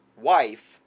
wife